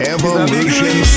Evolution